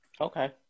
Okay